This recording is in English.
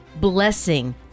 blessing